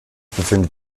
befindet